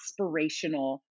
aspirational